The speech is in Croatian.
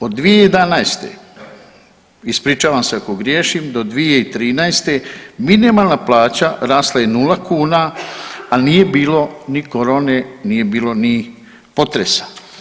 Od 2011. ispričavam se ako griješim do 2013. minimalna plaća rasla je 0,00 kuna, a nije bilo ni korone, nije bilo ni potresa.